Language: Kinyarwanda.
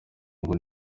ngo